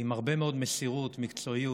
עם הרבה מאוד מסירות ומקצועיות.